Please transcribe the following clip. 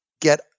get